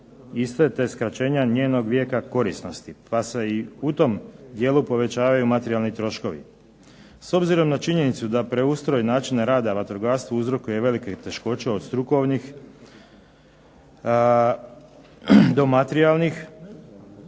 iste te skraćenja njenog vijeka korisnosti, pa se i u tom dijelu povećavaju materijalni troškovi. S obzirom na činjenicu da preustroj načina rada u vatrogastvu uzrokuje velike teškoće od strukovnih do materijalnih,